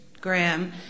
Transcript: Graham